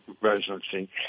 residency